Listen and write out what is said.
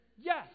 Yes